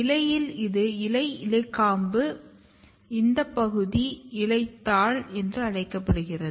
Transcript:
இலையில் இது இலை இலைக்காம்பு இந்த பகுதி இலைத்தாள் என்று அழைக்கப்படுகிறது